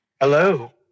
Hello